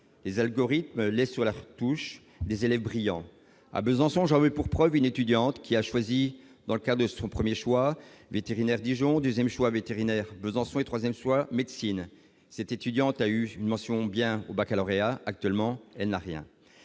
les algorithmes laisse sur la touche des élèves brillants à Besançon, j'avais pour preuve une étudiante qui a choisi, dans le cas de son 1er choix vétérinaire Dijon 2ème choix vétérinaire, Besançon et 3ème soit médecine c'est étudiante a eu une mention bien au Baccalauréat, actuellement, elle n'a rien